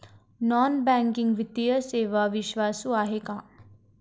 Non banking वित्तीय सेवा विश्वासू आहेत का?